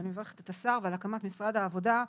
אני מברכת את השר ומברכת על הקמת משרד העבודה.